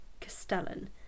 Castellan